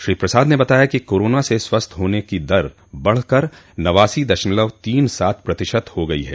श्री प्रसाद ने बताया कि कोरोना से स्वस्थ होने की दर बढ़कर नवासी दशमलव तीन सात प्रतिशत हो गयी है